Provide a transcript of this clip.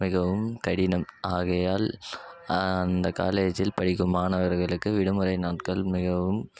மிகவும் கடினம் ஆகையால் அந்த காலேஜில் படிக்கும் மாணவர்களுக்கு விடுமுறை நாட்கள் மிகவும்